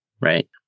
Right